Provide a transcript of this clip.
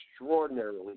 extraordinarily